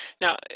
Now